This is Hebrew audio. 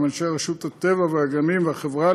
עם אנשי רשות הטבע והגנים והחברה